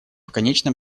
конечном